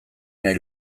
nahi